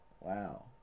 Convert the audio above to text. Wow